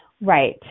Right